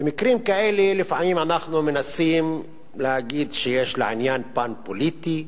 במקרים כאלה לפעמים אנחנו מנסים להגיד שיש לעניין פן פוליטי,